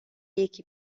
یکی